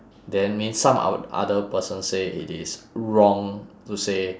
then means some o~ other person say it is wrong to say